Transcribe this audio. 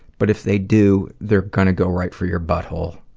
but if they do, they're gonna go right for your butthole.